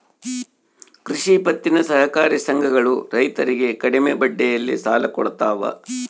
ಕೃಷಿ ಪತ್ತಿನ ಸಹಕಾರಿ ಸಂಘಗಳು ರೈತರಿಗೆ ಕಡಿಮೆ ಬಡ್ಡಿಯಲ್ಲಿ ಸಾಲ ಕೊಡ್ತಾವ